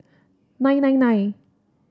nine nine nine